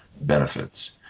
benefits